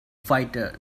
fighter